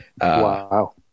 wow